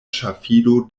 ŝafido